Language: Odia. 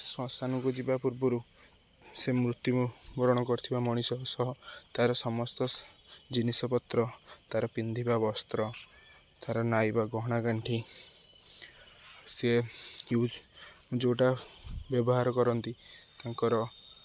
ଶ୍ମଶାନକୁ ଯିବା ପୂର୍ବରୁ ସେ ମୃତ୍ୟୁବରଣ କରୁଥିବା ମଣିଷ ସହ ତା'ର ସମସ୍ତ ଜିନିଷପତ୍ର ତା'ର ପିନ୍ଧିବା ବସ୍ତ୍ର ତା'ର ନାଇବା ଗହଣାକାାଣ୍ଠି ସେ ୟୁଜ୍ ଯେଉଁଟା ବ୍ୟବହାର କରନ୍ତି ତାଙ୍କର